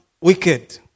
wicked